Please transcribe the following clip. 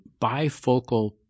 bifocal